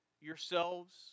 yourselves